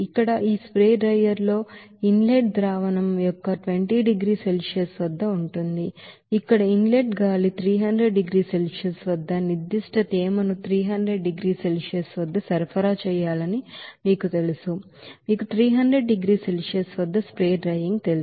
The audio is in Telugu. ఇక్కడ ఈ స్ప్రే డ్రైయర్ లో ఇన్ లెట్ సొల్యూషన్ 20 డిగ్రీల సెల్సియస్ వద్ద ఉంటుంది ఇక్కడ ఇన్ లెట్ గాలి 300 డిగ్రీల సెల్సియస్ వద్ద నిర్ధిష్ట తేమను 300 డిగ్రీల సెల్సియస్ వద్ద సరఫరా చేయాలని మీకు తెలుసు మీకు 300 డిగ్రీల సెల్సియస్ వద్ద స్ప్రే డ్రైయర్ తెలుసు